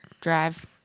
drive